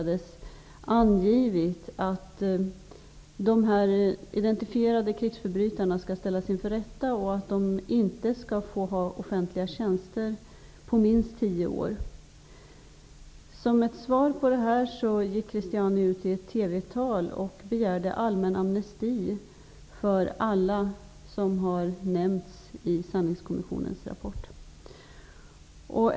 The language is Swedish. Den har angivit att dessa identifierade krigsförbrytare skall ställas inför rätta och att de under minst tio år inte skall få inneha offentliga tjänster. Som ett svar på detta gick president Cristiani ut i ett TV-tal och begärde allmän amnesti för alla som har nämnts i sanningskommissionens rapport.